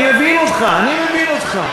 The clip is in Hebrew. אני מבין אותך, אני מבין אותך.